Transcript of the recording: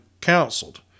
counseled